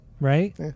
Right